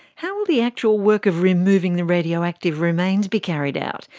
how will the actual work of removing the radioactive remains be carried out?